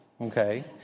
okay